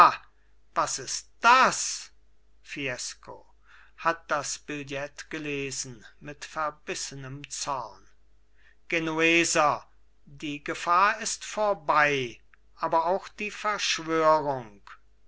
was ist das fiesco hat das billett gelesen mit verbissenem zorn genueser die gefahr ist vorbei aber auch die verschwörung